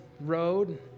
road